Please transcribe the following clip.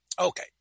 Okay